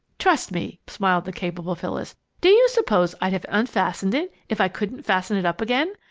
trust me! smiled the capable phyllis. do you suppose i'd have unfastened it if i couldn't fasten it up again?